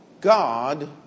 God